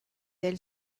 elle